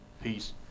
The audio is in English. Peace